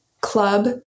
club